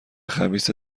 خبیث